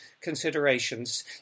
considerations